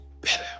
better